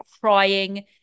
crying